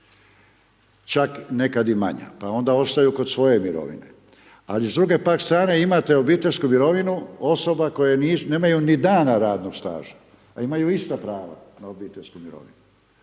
Čak i nekada manja, pa onda ostaju kod svoje mirovine. Ali s druge pak strane imate obiteljsku mirovinu osoba koje nemaju ni dana radnog staža, a imaju ista prava na obiteljsku mirovinu.